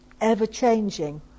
ever-changing